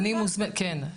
כן.